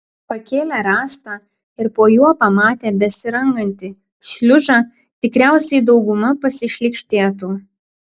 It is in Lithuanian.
pakėlę rąstą ir po juo pamatę besirangantį šliužą tikriausiai dauguma pasišlykštėtų